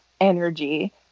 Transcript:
energy